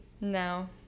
No